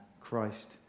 Christ